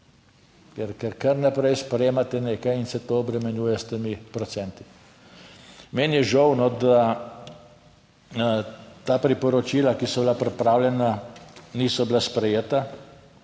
Ker kar naprej sprejemate nekaj in se to obremenjuje s temi procenti. Meni je žal, da ta priporočila, ki so bila pripravljena, niso bila sprejeta,